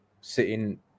sitting